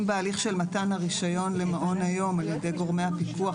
בהליך של מתו הרישיון למעון היום על ידי גורמי הפיקוח,